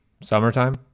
Summertime